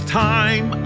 time